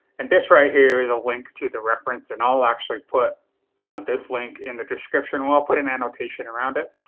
and this right here is the link to the reference and i'll actually put this link in the description or i'll put an annotation around it.